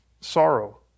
Sorrow